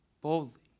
boldly